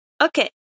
Okay